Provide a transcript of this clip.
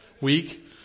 week